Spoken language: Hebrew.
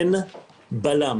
אין בלם